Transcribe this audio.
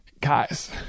guys